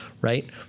right